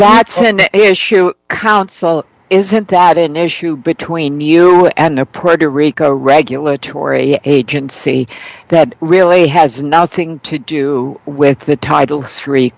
that's an issue counsel isn't that an issue between you and a predator rico regulatory agency that really has nothing to do with the title three